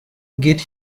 geht